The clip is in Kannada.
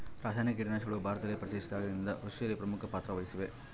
ರಾಸಾಯನಿಕ ಕೇಟನಾಶಕಗಳು ಭಾರತದಲ್ಲಿ ಪರಿಚಯಿಸಿದಾಗಿನಿಂದ ಕೃಷಿಯಲ್ಲಿ ಪ್ರಮುಖ ಪಾತ್ರ ವಹಿಸಿವೆ